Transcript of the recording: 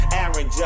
Aaron